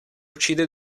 uccide